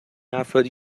افرادی